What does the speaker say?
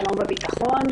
שלום וביטחון,